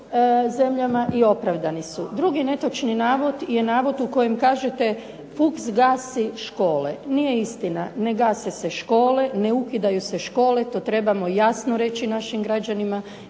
Drugi netočni navod je navod u kojem kažete: "Fuchs gasi škole." Nije istina, ne gase se škole, ne ukidaju se škole. To trebamo jasno reći našim građanima.